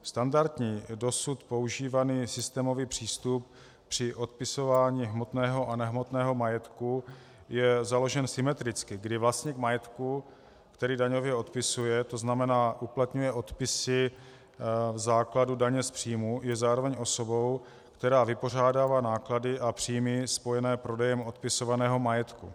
Standardní, dosud používaný systémový přístup při odpisování hmotného a nehmotného majetku je založen symetricky, kdy vlastník majetku, který daňově odpisuje, to znamená uplatňuje odpisy v základu daně z příjmu, je zároveň osobou, která vypořádává náklady a příjmy spojené prodejem odpisovaného majetku.